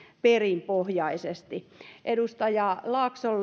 perinpohjaisesti edustaja laakson